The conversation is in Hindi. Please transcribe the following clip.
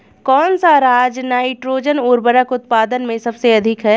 कौन सा राज नाइट्रोजन उर्वरक उत्पादन में सबसे अधिक है?